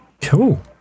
Cool